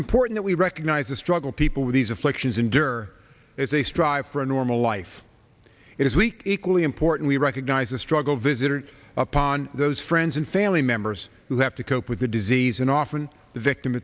important we recognize the struggle people with these afflictions endure as they strive for a normal life it is week equally important we recognize the struggle visitor upon those friends and family members who have to cope with the disease and often the victim